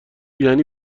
یعنی